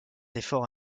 efforts